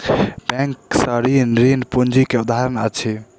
bank से ऋण, ऋण पूंजी के उदाहरण अछि